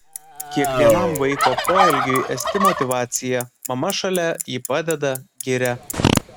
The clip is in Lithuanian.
kiekvienam vaiko poelgiui esti motyvacija mama šalia ji padeda giria